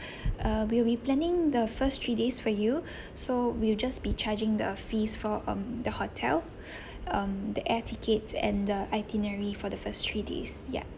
uh we'll be planning the first three days for you so we'll just be charging the fees for um the hotel um the air tickets and the itinerary for the first three days ya